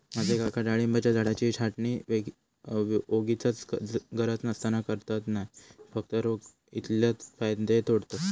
माझे काका डाळिंबाच्या झाडाची छाटणी वोगीचच गरज नसताना करणत नाय, फक्त रोग इल्लले फांदये तोडतत